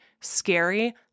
scary